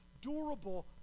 durable